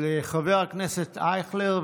חבר הכנסת אייכלר,